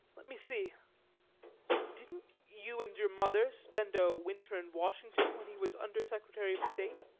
let me see didn't you and your mother spend a winter in washington when he was under-secretary of state?